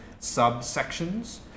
subsections